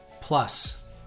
Plus